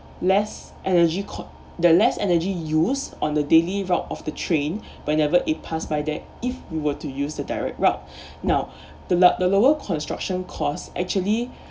less energy cost the less energy use on a daily route of the train whenever it pass by there if we were to use the direct route now the luck~ the lower construction costs actually